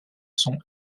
sont